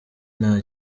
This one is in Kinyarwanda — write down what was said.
nta